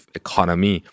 economy